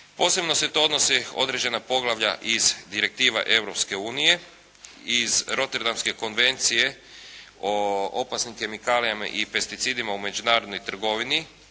Posebno se to odnosi određena poglavlja iz direktiva Europske unije, iz Roterdamske konvencije o opasnim kemikalijama i pesticidima u međunarodnoj trgovini